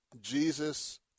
Jesus